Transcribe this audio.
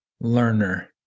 learner